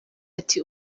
ati